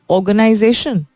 Organization